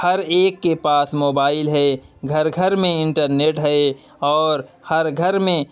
ہر ایک کے پاس موبائل ہے گھر گھر میں انٹرنیٹ ہے اور ہر گھر میں